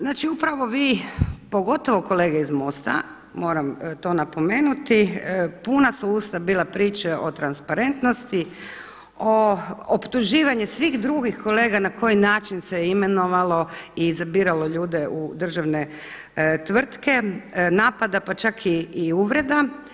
Znači upravo vi, pogotovo kolege iz MOST-a moram to napomenuti puna su usta bila priče o transparentnosti, optuživanje svih drugih kolega na koji način se je imenovalo i izabiralo ljude u državne tvrtke, napada pa čak i uvreda.